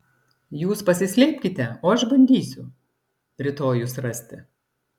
jūs pasislėpkite o aš bandysiu rytoj jus rasti